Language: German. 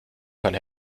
kann